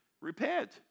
Repent